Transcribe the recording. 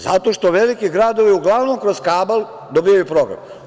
Zato što veliki gradovi uglavnom kroz kabal dobijaju program.